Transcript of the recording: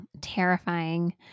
Terrifying